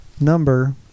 number